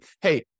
hey